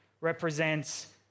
represents